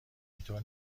اینطور